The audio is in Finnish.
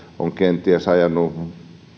on kenties ajanut